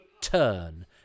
turn